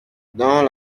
dans